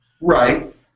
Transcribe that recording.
Right